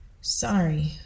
Sorry